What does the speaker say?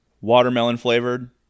watermelon-flavored